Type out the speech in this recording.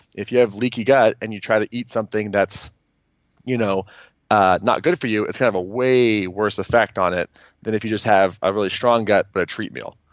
if you have leaky gut and you try to eat something that's you know ah not good for you, it's gonna have a way worse effect on it than if you just have a really strong gut but a treat meal.